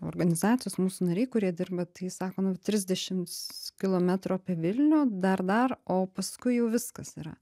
organizacijos mūsų nariai kurie dirba tai sako nu trisdešims kilometrų apie vilnių dar dar o paskui jau viskas yra